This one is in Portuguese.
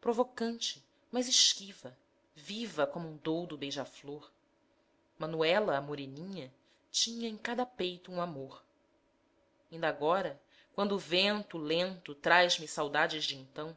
provocante mas esquiva viva como um doudo beija-flor manuela a moreninha tinha em cada peito um amor inda agora quando o vento lento traz me saudades de então